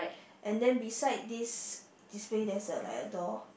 and then beside this display there's a like a door